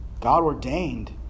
God-ordained